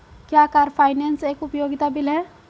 क्या car finance एक उपयोगिता बिल है?